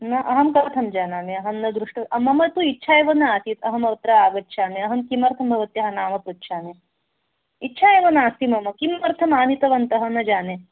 न अहं कथं जानामि अहं न दृष्टवान् मम तु इच्छा एव न आसीत् अहमत्र आगच्छामि अहं किमर्थं भवत्याः नाम पृच्छामि इच्छा एव नास्ति मम किमर्थम् आनीतवन्तः न जाने